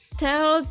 tell